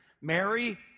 Mary